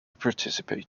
participate